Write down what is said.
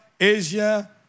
Asia